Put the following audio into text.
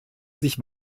sich